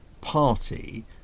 party